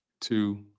two